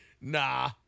Nah